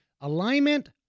Alignment